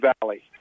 Valley